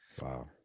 wow